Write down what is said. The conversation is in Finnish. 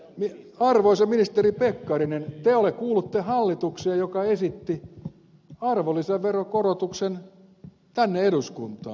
nimittäin arvoisa ministeri pekkarinen te kuulutte hallitukseen joka esitti arvonlisäveron korotuksen tänne eduskuntaan